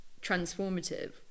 transformative